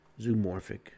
zoomorphic